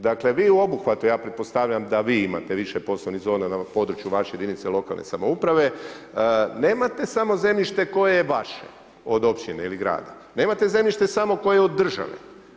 Dakle vi u obuhvatu, ja pretpostavljam da vi imate više poslovnih zona na području vaše jedinice lokalne samouprave nemate samo zemljište koje je vaše od općine ili grada, nema zemljište samo koje je od države.